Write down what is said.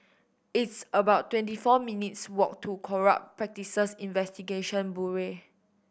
it's about twenty four minutes' walk to Corrupt Practices Investigation Bureau